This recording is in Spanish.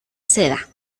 seda